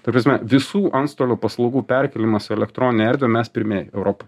ta prasme visų antstolio paslaugų perkėlimas į elektroninę erdvę mes pirmieji europoj